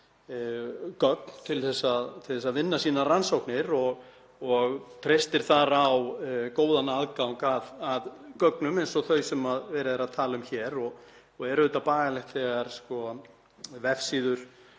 gögn til þess að vinna sínar rannsóknir og treystir þar á góðan aðgang að gögnum eins og þeim sem verið er að tala um hér. Það er auðvitað bagalegt þegar vefsíður